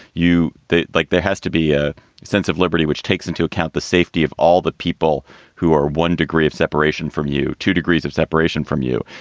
you like, there has to be a sense of liberty which takes into account the safety of all the people who are one degree of separation from you. two degrees of separation from you.